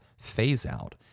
phase-out